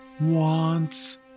wants